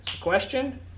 question